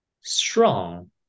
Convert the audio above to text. strong